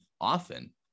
often